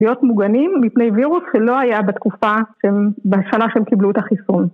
‫להיות מוגנים מפני וירוס ‫שלא היה בתקופה, שהם בהתחלה שהם קיבלו את החיסון.